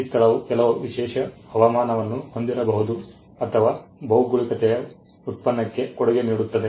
ಆ ಸ್ಥಳವು ಕೆಲವು ವಿಶೇಷ ಹವಾಮಾನವನ್ನು ಹೊಂದಿರಬಹುದು ಅಥವಾ ಭೌಗೋಳಿಕತೆಯು ಉತ್ಪನ್ನಕ್ಕೆ ಕೊಡುಗೆ ನೀಡುತ್ತದೆ